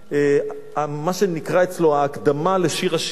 ממה שנקרא אצלו ההקדמה לשיר השירים.